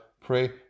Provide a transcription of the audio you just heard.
pray